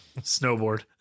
Snowboard